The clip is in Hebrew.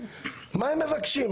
מה הם מבקשים?